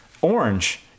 orange